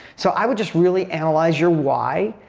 so i would just really analyze your why.